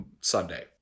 Sunday